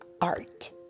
art